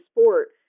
sport